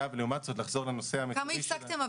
נחזור לנושא המקורי שלנו --- כמה הפסקתם?